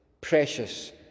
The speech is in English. precious